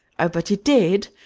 o, but you did!